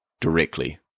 directly